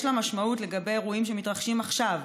יש לה משמעות לגבי אירועים שמתרחשים עכשיו,